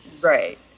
right